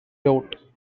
wrote